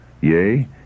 Yea